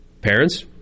Parents